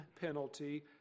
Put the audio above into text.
penalty